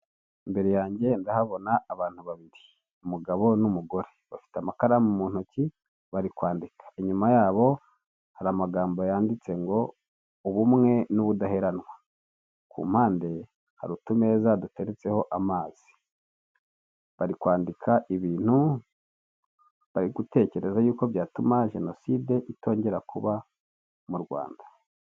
Uruziga rw'igiceri cy'icyuma gisize ibara ry'umuhondo gishushanyijeho umubare mirongo itanu amagambo ari mu rurimi rw'igifaransa ndetse n'igisiga cyafunguye amababa uruhande hari amashami y'igiti ariho imbuto.